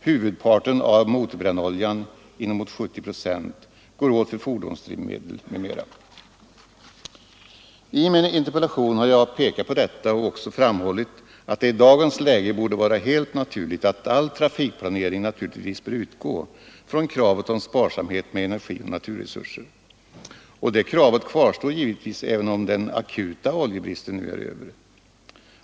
Huvudparten av motorbrännoljan — inemot 70 procent — går åt för fordonsdrivmedel m.m. I min interpellation har jag pekat på detta och också framhållit att det i dagens läge borde vara helt naturligt att all trafikplanering skall utgå från kravet om sparsamhet med energi och naturresurser. Och det kravet kvarstår givetvis även om den akuta oljebristen nu är över.